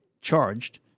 charged